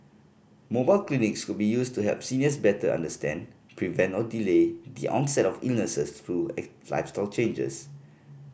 mobile clinics could be used to help seniors better understand prevent or delay the onset of illnesses through lifestyle changes